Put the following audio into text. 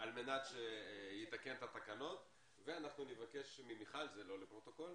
על מנת שיתקן את התקנות ואנחנו נבקש ממיכל זה לא לפרוטוקול